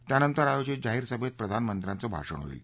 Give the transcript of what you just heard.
त्यानंतर आयोजित जाहीर समेत प्रधानमंत्र्यांचं भाषण होईल